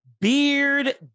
beard